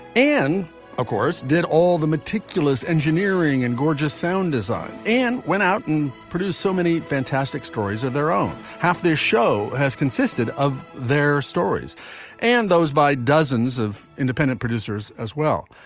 and of course, did all the meticulous engineering and gorgeous sound design and went out and produced so many fantastic stories of their own half the show has consisted of their stories and those by dozens of independent producers as well.